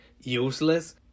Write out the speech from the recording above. useless